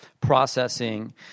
processing